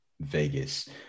Vegas